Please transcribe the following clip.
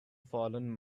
fallen